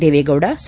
Deve Gowda ಸಾ